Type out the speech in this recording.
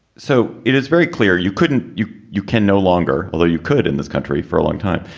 so it is very clear you couldn't you you can no longer, although you could in this country for a long time,